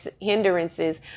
hindrances